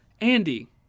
andy